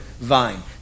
vine